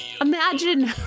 imagine